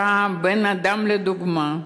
היה בן-אדם לדוגמה.